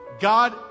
God